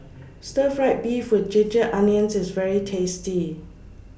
Stir Fried Beef with Ginger Onions IS very tasty